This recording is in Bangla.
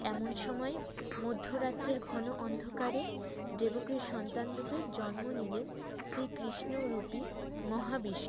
এমন সময় মধ্যরাত্রের ঘন অন্ধকারে দেবকীর সন্তানরূপে জন্ম নিলেন শ্রীকৃষ্ণরূপী মহাবিষ্ণু